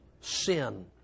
Sin